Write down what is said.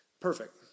Perfect